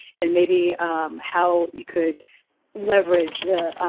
and maybe how you could leverage the,